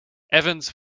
evans